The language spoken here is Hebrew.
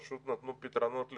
פשוט נתנו פתרונות לכולם.